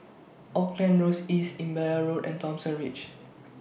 Auckland Road East Imbiah Road and Thomson Ridge